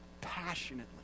passionately